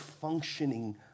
functioning